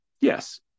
yes